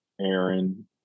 Aaron